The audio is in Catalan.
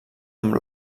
amb